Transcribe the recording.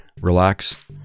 relax